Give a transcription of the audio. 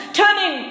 turning